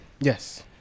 Yes